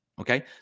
Okay